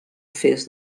afers